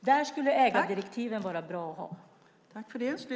Där skulle ägardirektiven vara bra att ha.